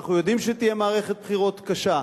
אנחנו יודעים שתהיה מערכת בחירות קשה,